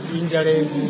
injuries